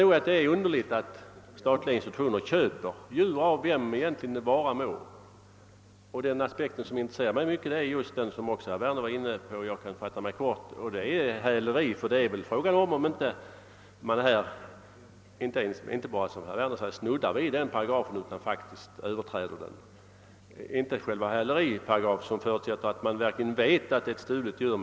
Jag tycker det är underligt att statliga institutioner köper djur av vem som helst. Och den aspekt som intresserar mig mycket är just den som herr Werner var inne på. Jag kan fatta mig kort eftersom herr Werner redan utvecklat synpunkterna. Men frågan är nog inte bara om man »snuddar» vid häleri, som herr Werner sade, utan om man faktiskt överträder bestämelserna härvidlag. Det gäller inte själva häleriparagrafen, som förutsätter att man verkligen vet att det gäller ett stulet djur.